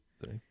three